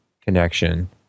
connection